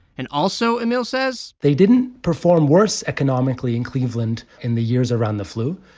and also, emil says. they didn't perform worse economically in cleveland in the years around the flu.